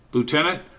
Lieutenant